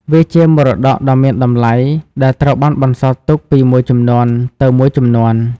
វាជាមរតកដ៏មានតម្លៃ ដែលត្រូវបានបន្សល់ទុកពីមួយជំនាន់ទៅមួយជំនាន់។